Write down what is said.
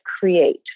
create